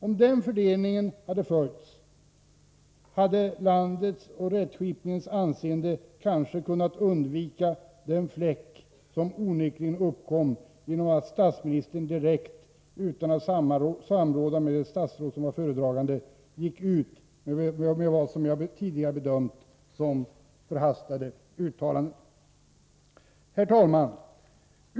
Om den fördelningen hade följts, hade landets och rättskipningens anseende kanske kunnat undvika den fläck som onekligen uppkom genom att statsministern utan att samråda med det statsråd som var föredragande gick ut med vad som jag bedömer som förhastade uttalanden. Herr talman!